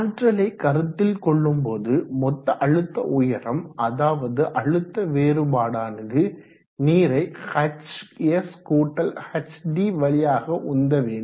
ஆற்றலை கருத்தில் கொள்ளும் போது மொத்த அழுத்த உயரம் அதாவது அழுத்த வேறுபாடானது நீரை hshd வழியாக உந்த வேண்டும்